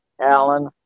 Alan